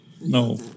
No